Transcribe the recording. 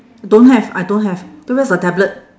don't have I don't have then where's the tablet